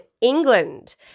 England